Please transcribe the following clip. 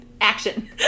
Action